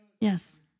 Yes